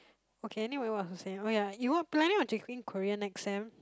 okay anyway what was I saying oh ya you're planning on taking Korean next sem